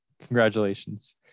congratulations